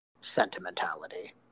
sentimentality